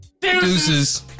Deuces